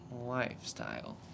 lifestyle